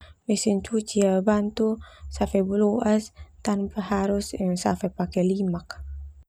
Bantu safe baloas tanpa harus safe pake limak.